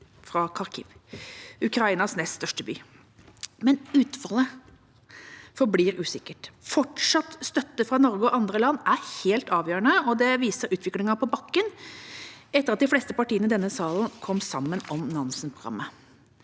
fra Kharkiv, Ukrainas nest største by, men utfallet forblir usikkert. Fortsatt støtte fra Norge og andre land er helt avgjørende. Det viser utviklingen på bakken etter at de fleste partiene i denne salen kom sammen om Nansenprogrammet.